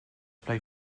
play